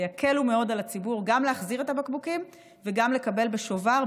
ויקלו מאוד על הציבור גם להחזיר את הבקבוקים וגם לקבל בשובר,